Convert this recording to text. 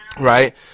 Right